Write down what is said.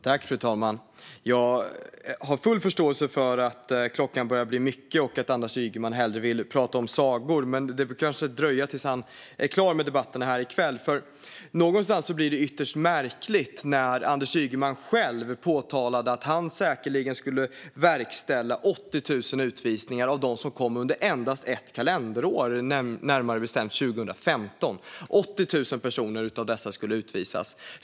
Fru talman! Jag har full förståelse för att klockan börjar bli mycket och att Anders Ygeman hellre vill prata om sagor, men det bör kanske dröja tills han är klar med debatterna här i kväll. Det blir ytterst märkligt när Anders Ygeman själv säger att han säkerligen skulle verkställa 80 000 utvisningar bland dem som kom under endast ett kalenderår, närmare bestämt 2015. 80 000 personer av dessa skulle utvisas.